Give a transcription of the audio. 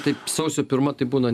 taip sausio pirma tai būna